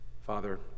Father